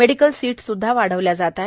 medical seats स्द्धा वाढविल्या जात आहेत